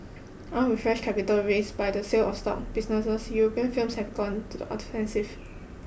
armed with fresh capital raised by the sale of stock businesses European firms have gone on the offensive